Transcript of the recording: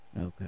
Okay